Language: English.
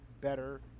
better